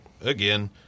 again